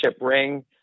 ring